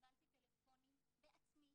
קיבלתי טלפונים בעצמי,